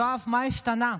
יואב, מה השתנה?